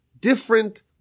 different